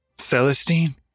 Celestine